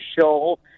show